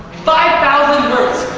five thousand words.